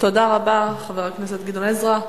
תודה רבה, חבר הכנסת גדעון עזרא.